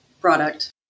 product